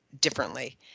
differently